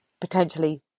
potentially